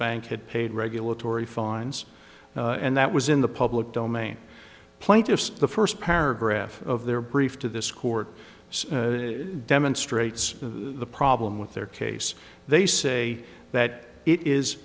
bank had paid regulatory fines and that was in the public domain plaintiffs the first paragraph of their brief to this court demonstrates the problem with their case they say that it is